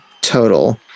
total